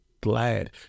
glad